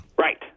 Right